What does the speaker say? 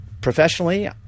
Professionally